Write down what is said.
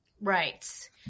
Right